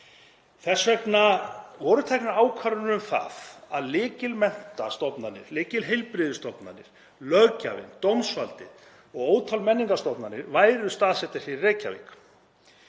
Þess vegna voru teknar ákvarðanir um það að lykilmenntastofnanir, lykilheilbrigðisstofnanir, löggjafinn, dómsvaldið og ótal menningarstofnanir yrðu staðsettar í Reykjavík.